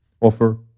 offer